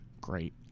Great